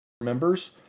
members